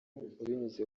binyuze